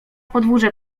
podwórze